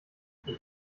ich